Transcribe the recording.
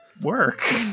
work